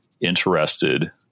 interested